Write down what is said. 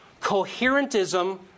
Coherentism